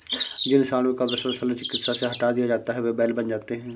जिन साँडों का वृषण शल्य चिकित्सा से हटा दिया जाता है वे बैल बन जाते हैं